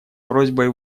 просьбой